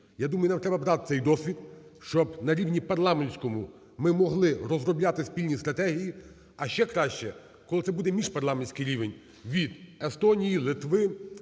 Я думаю, нам треба брати цей досвід, щоб на рівні парламентському ми могли розробляти спільні стратегії, а ще краще, коли це буде міжпарламентський рівень від Естонії, Литви,